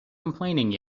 complaining